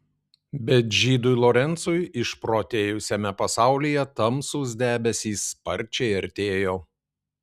bet žydui lorencui išprotėjusiame pasaulyje tamsūs debesys sparčiai artėjo